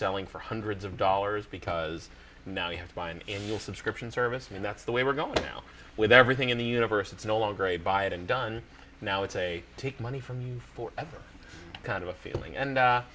selling for hundreds of dollars because now you have to buy an annual subscription service when that's the way we're going now with everything in the universe it's no longer a buy it and done now it's a take money from that kind of a feeling and